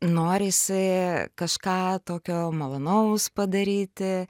norisi kažką tokio malonaus padaryti